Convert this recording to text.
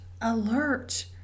alert